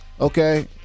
okay